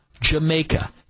Jamaica